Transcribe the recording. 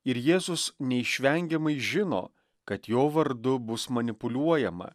ir jėzus neišvengiamai žino kad jo vardu bus manipuliuojama